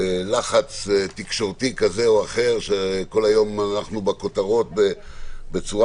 לחץ תקשורתי כזה או אחר שכל היום אנחנו בכותרות בצורה